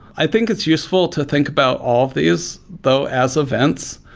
i think it's useful to think about all of these though as events,